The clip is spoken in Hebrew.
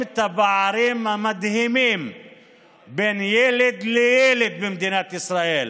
את הפערים המדהימים בין ילד לילד במדינת ישראל.